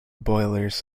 boilers